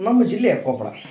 ನಮ್ಮ ಜಿಲ್ಲೆ ಕೊಪ್ಪಳ